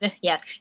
Yes